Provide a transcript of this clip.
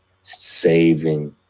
Saving